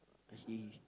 he